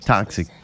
Toxic